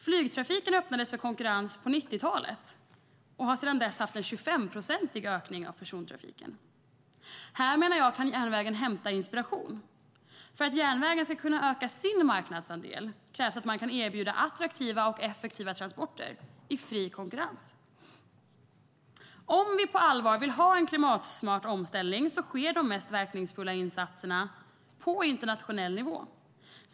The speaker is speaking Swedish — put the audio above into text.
Flygtrafiken öppnades för konkurrens på 1990-talet och har sedan dess haft en 25-procentig ökning av persontrafiken. Här, menar jag, kan järnvägen hämta inspiration. För att järnvägen ska kunna öka sin marknadsandel krävs att man kan erbjuda attraktiva och effektiva transporter - i fri konkurrens. Om vi på allvar vill ha en klimatsmart omställning sker de mest verkningsfulla insatserna på internationell nivå.